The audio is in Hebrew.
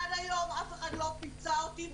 עד היום אף אחד לא פיצה אותי,